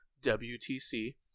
wtc